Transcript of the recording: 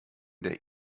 der